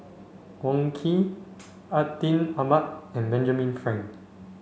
Wong Keen Atin Amat and Benjamin Frank